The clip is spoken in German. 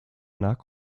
nach